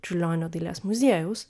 čiurlionio dailės muziejaus